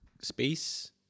space